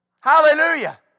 Hallelujah